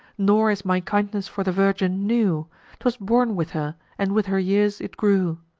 nor is my kindness for the virgin new t was born with her and with her years it grew.